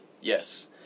yes